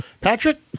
Patrick